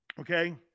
okay